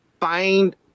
find